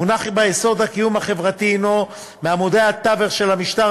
מונח ביסוד הקיום החברתי והוא מעמודי התווך של המשטר